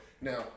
Now